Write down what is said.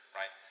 right